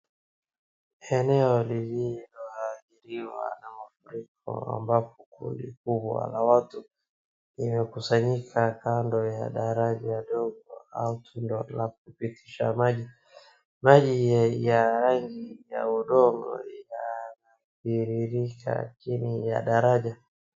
Eneo lilioathiriwa na mafuriko ambapo kulikuwa na watu, imekusanyika kando ya daraja ndogo au tundo dogo kwa kupitisha maji, maji ya rangi ya udongo inatiririka chini ya daraja.